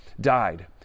died